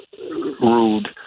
ruled